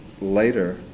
later